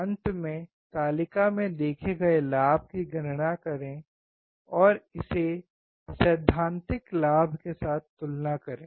अंत में तालिका में देखे गए लाभ की गणना करें और इसे सैद्धांतिक लाभ के साथ तुलना करें